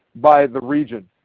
by the region.